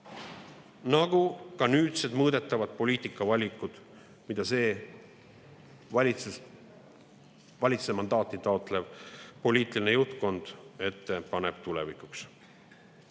nagu ka nüüdsed mõõdetavad poliitikavalikud, mida see valitsemismandaati taotlev poliitiline juhtkond tulevikuks